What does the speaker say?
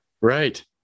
Right